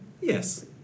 Yes